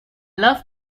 love